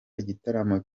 igitaramo